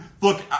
look